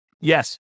Yes